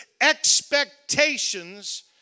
expectations